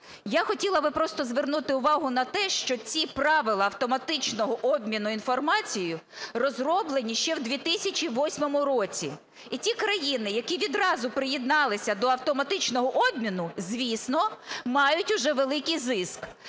Я хотіла би просто звернути увагу на те, що ці правила автоматичного обміну інформацією розроблені ще в 2008 році, і ті країни, які відразу приєдналися до автоматичного обміну, звісно, мають уже великий зиск.